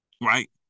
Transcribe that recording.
right